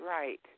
right